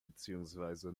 beziehungsweise